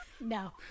No